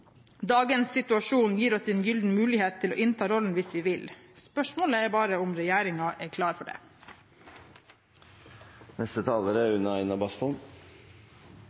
Dagens situasjon gir oss en gyllen mulighet til å innta den rollen hvis vi vil. Spørsmålet er bare om regjeringen er klar for det. Miljøpartiet De Grønne er